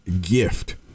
gift